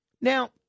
Now